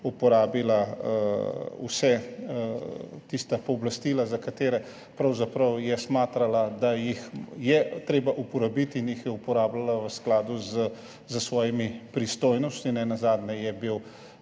uporabila vsa tista pooblastila, za katera je pravzaprav smatrala, da jih je treba uporabiti, in jih je uporabljala v skladu s svojimi pristojnostmi. Nenazadnje je bil